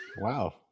Wow